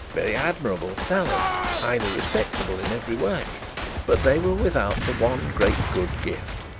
very admirable for talent, highly respectable in every way but they were without the one great good gift.